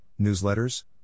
newsletters